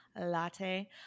Latte